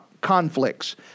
conflicts